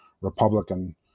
Republican